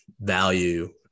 value